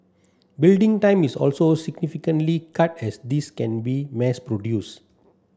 building time is also significantly cut as these can be mass produced